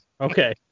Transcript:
Okay